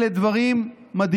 אלה דברים מדהימים.